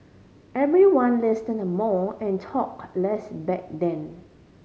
everyone listened more and talked less back then